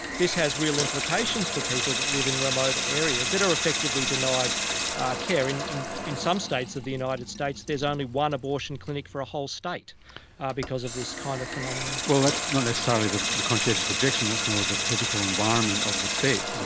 this has real implications for people that live in remote areas that are effectively denied care. in in in some states of the united states there is only one abortion clinic for a whole state because of this kind of phenomenon. well, that's not necessarily the the conscientious objection, that's more the political environment of the states, isn't